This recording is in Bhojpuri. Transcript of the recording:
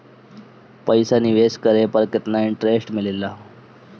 पईसा निवेश करे पर केतना इंटरेस्ट मिलेला?